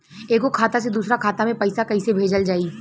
एगो खाता से दूसरा खाता मे पैसा कइसे भेजल जाई?